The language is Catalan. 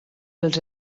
els